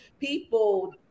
people